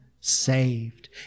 saved